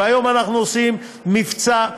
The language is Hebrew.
והיום אנחנו עושים מבצע.